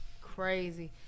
Crazy